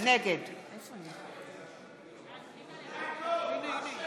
נגד אורלי פרומן, בעד תהלה פרידמן, נגד עמיר פרץ,